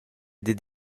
dad